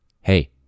Hey